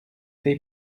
they